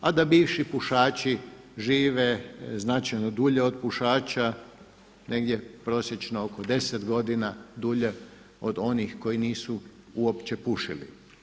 A da bivši pušači žive značajno dulje od pušača negdje prosječno oko 10 godina dulje od onih koji nisu uopće pušili.